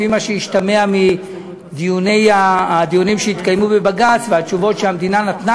לפי מה שהשתמע מהדיונים שהתקיימו בבג"ץ והתשובות שהמדינה נתנה,